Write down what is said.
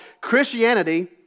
Christianity